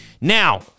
Now